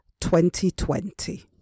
2020